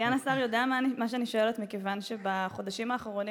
סגן השר יודע מה אני שואלת מכיוון שבחודשים האחרונים